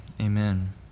amen